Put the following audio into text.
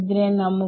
ഇതിനെ നമുക്ക്